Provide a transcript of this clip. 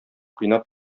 кыйнап